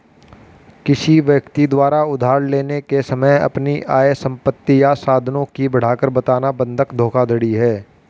किसी व्यक्ति द्वारा उधार लेने के समय अपनी आय, संपत्ति या साधनों की बढ़ाकर बताना बंधक धोखाधड़ी है